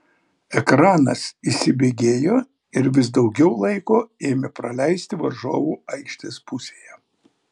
ekranas įsibėgėjo ir vis daugiau laiko ėmė praleisti varžovų aikštės pusėje